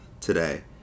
today